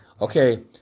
Okay